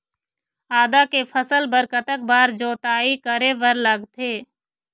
आदा के फसल बर कतक बार जोताई करे बर लगथे?